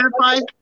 clarify